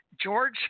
George